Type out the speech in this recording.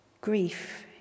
Grief